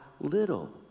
little